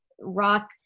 rock